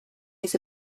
his